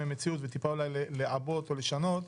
למציאות וטיפה צריך לעבות או לשנות אותם,